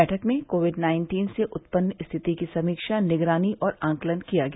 बैठक में COVID nineteen से उत्पन्न स्थिति की समीक्षा निगरानी और आकलन किया गया